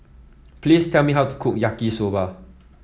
please tell me how to cook Yaki Soba